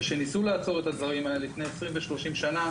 כשניסו לעצור את הדברים האלה לפני 20 ו-30 שנה,